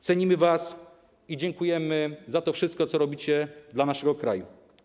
Cenimy was i dziękujemy za to wszystko, co robicie dla naszego kraju.